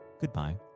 goodbye